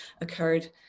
occurred